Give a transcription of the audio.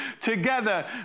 together